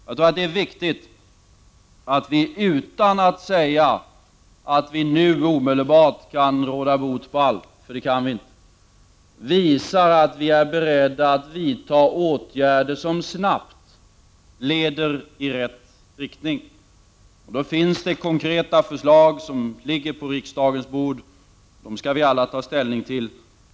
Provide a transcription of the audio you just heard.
Jag tror att det är viktigt att vi, utan att säga att vi nu omedelbart kan råda bot på allt — för det kan vi inte — visar att vi är beredda att vidta åtgärder som snabbt leder i rätt riktning. Det finns konkreta förslag som ligger på riksdagens bord, och dem skall vi alla ta ställning till.